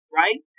right